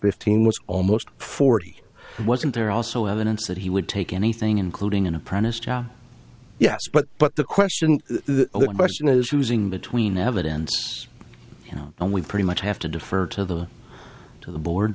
fifteen was almost forty wasn't there also evidence that he would take anything including an apprentice job yes but but the question the question is using between evidence and we pretty much have to defer to the to the bo